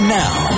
now